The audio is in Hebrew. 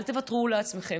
אל תוותרו לעצמכם,